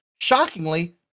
shockingly